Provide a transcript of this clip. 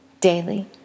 daily